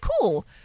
cool